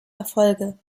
erfolge